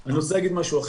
אני רוצה להגיד משהו אחר.